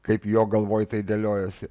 kaip jo galvoj tai dėliojosi